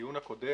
הדיון הקודם